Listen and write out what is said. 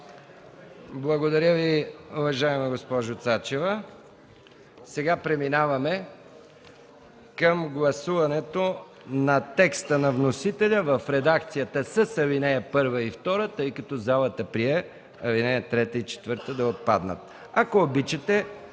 Благодаря Ви, уважаема госпожо Цачева. Сега преминаваме към гласуването на текста на вносителя в редакцията с ал. 1 и ал. 2, тъй като залата прие ал. 3 и ал. 4 да отпаднат. Ако обичате,